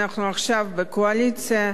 אנחנו עכשיו בקואליציה,